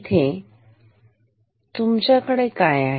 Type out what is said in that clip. इथे तुमच्याकडे काय आहे